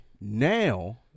now